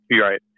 Right